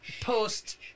post